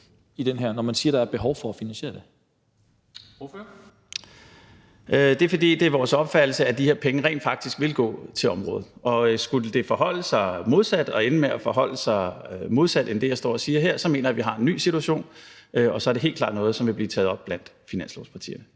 (Henrik Dam Kristensen): Ordføreren. Kl. 11:29 Rune Lund (EL): Det er, fordi det er vores opfattelse, at de penge rent faktisk vil gå til området, og skulle det forholde sig modsat eller ende med at forholde sig modsat end det, jeg står og siger her, så mener jeg, vi har en ny situation, og så er det helt klart noget, som vil blive taget op blandt finanslovspartierne.